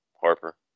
Harper